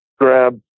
grab